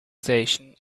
station